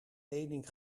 lening